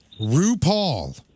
RuPaul